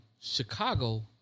Chicago